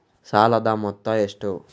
ಸಾಲದ ಮೊತ್ತ ಎಷ್ಟು?